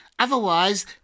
Otherwise